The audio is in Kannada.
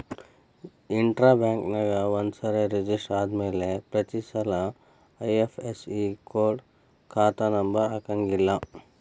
ಇಂಟ್ರಾ ಬ್ಯಾಂಕ್ನ್ಯಾಗ ಒಂದ್ಸರೆ ರೆಜಿಸ್ಟರ ಆದ್ಮ್ಯಾಲೆ ಪ್ರತಿಸಲ ಐ.ಎಫ್.ಎಸ್.ಇ ಕೊಡ ಖಾತಾ ನಂಬರ ಹಾಕಂಗಿಲ್ಲಾ